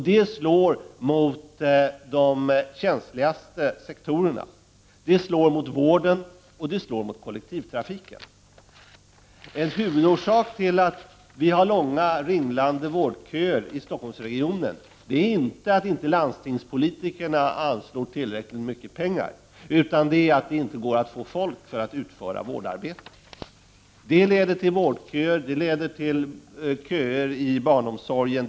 Den slår mot de känsligaste sektorerna. Den slår mot vården och mot kollektivtrafiken. En huvudorsak till de långa ringlande vårdköerna i Stockholmsregionen är inte att landstingspolitikerna inte skulle anslå tillräckligt mycket pengar, utan att det inte går att få folk att utföra vårdarbete. Detta leder till köer inom vården och barnomsorgen.